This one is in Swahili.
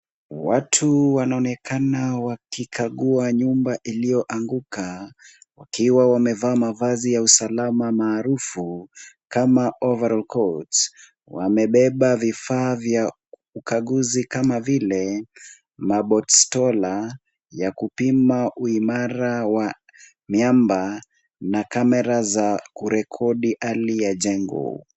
Watu wanaonekana wakikagua nyumba iliyoanguka wakiwa wamevaa mavazi ya usalama maarufu kama ovaral coats .Wamebeba vifaa vya ukaguzi kama vile mabostola ya kupiwa uimara wa miamba, na camera za kurekodi hali ya jengo.